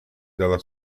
della